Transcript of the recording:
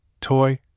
Toy